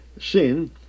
sin